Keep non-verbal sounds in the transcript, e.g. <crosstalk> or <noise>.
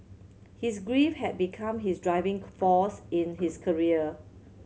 his grief had become his driving <unintelligible> force in his career